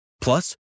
Plus